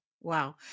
wow